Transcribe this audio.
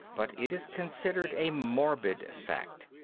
but it is considered a morbid fact.